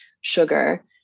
sugar